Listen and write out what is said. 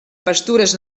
pastures